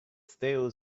stale